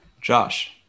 Josh